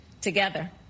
together